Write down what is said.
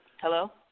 Hello